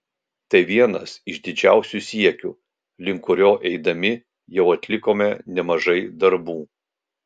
tai vienas iš didžiausių siekių link kurio eidami jau atlikome nemažai darbų